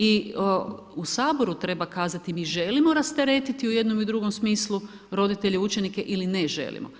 I u Saboru treba kazati, mi želimo rasteretiti u jednom i drugom smislu roditelje, učenike ili ne želimo.